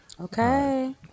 Okay